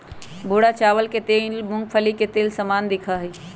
भूरा चावल के तेल मूंगफली के तेल के समान दिखा हई